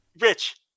Rich